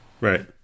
Right